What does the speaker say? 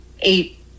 eight